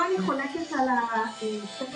שישה